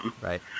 right